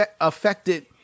affected